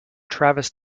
travis